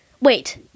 wait